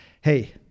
Hey